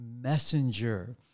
messenger